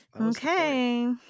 Okay